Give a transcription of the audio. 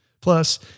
Plus